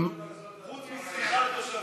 חוץ מסליחה לתושבי עמונה.